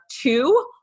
two